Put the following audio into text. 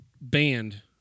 banned